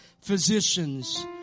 physicians